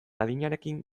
adinarekin